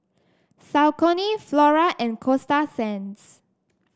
Saucony Flora and Coasta Sands